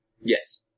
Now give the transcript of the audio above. Yes